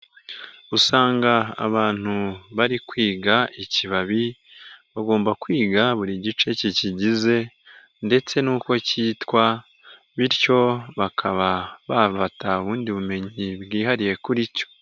Usanga abantu bari kwiga ikibabi bagomba kwiga buri gice kikigize ndetse n'uko cyitwa, bityo bakaba bafata ubundi bumenyi bwihariye kuri cyo.